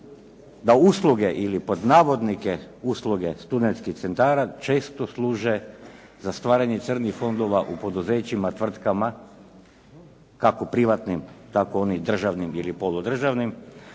da usluge ili «usluge» studentskih centara često služe za stvaranje crnih fondova u poduzećima, tvrtkama kako privatnim tako onim državnim ili poludržavnim.